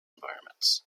environments